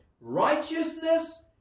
Righteousness